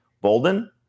Bolden